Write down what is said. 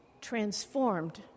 transformed